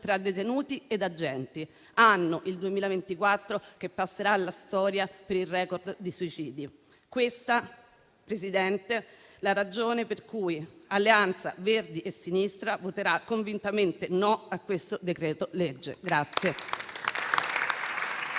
tra detenuti ed agenti. Anno, il 2024, che passerà alla storia per il *record* di suicidi. Questa, signor Presidente, la ragione per cui Alleanza Verdi e Sinistra voterà convintamente no a questo decreto-legge.